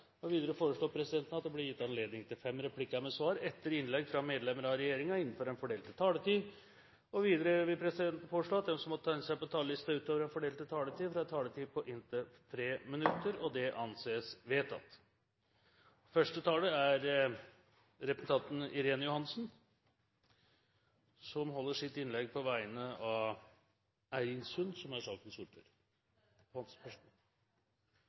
regjeringen. Videre vil presidenten foreslå at det blir gitt anledning til replikkordskifte på inntil fem replikker med svar etter innlegg fra medlemmer av regjeringen innenfor den fordelte taletid. Videre vil presidenten foreslå at de som måtte tegne seg på talerlisten utover den fordelte taletid, får en taletid på inntil 3 minutter. – Det anses vedtatt. Første taler er Irene Johansen – for sakens ordfører.